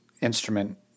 instrument